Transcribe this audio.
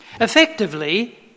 Effectively